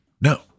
no